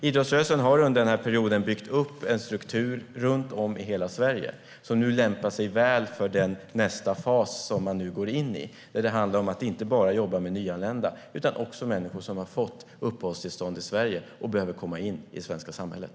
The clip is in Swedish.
Idrottsrörelsen har under den här perioden byggt upp en struktur runt om i hela Sverige. Den lämpar sig väl för nästa fas som man nu går in i. Det handlar om att inte bara jobba med nyanlända, utan också med människor som har fått uppehållstillstånd i Sverige och behöver komma in i det svenska samhället.